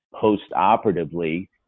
post-operatively